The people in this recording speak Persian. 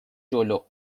جلو